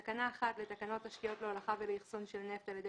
הצעת תקנות תשתיות להולכה ולאחסון של נפט על ידי